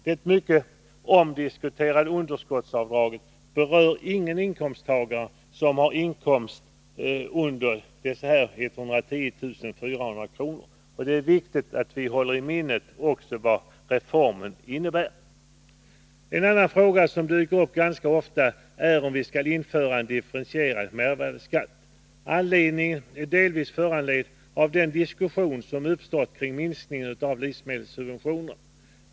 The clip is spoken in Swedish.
Det mycket omdiskuterade underskottsavdraget berör ingen inkomsttagare som tjänar under dessa 110 400 kr. Det är viktigt att vi håller i minnet vad reformen innebär. En annan skattefråga som dyker upp ganska ofta är om vi skall införa en differentierad mervärdeskatt. Frågan är delvis föranledd av den diskussion som uppstått kring minskningen av livsmedelssubventionerna.